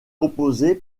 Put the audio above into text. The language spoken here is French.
composée